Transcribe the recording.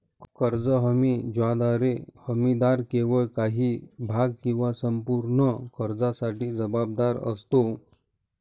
कर्ज हमी ज्याद्वारे हमीदार केवळ काही भाग किंवा संपूर्ण कर्जासाठी जबाबदार असतो